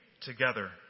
together